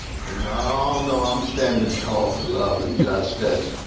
no, no, i'm standing tall for love and justice,